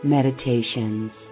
Meditations